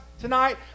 tonight